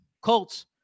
Colts